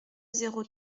zéro